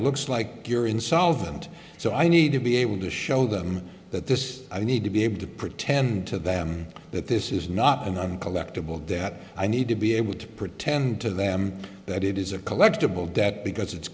looks like you're insolvent so i need to be able to show them that this i need to be able to pretend to them that this is not and i'm collectible that i need to be able to pretend to them that it is a collectible debt because it's